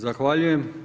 Zahvaljujem.